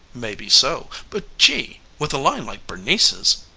maybe so. but gee! with a line like bernice's